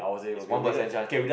is one percent chance